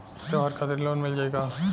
त्योहार खातिर लोन मिल जाई का?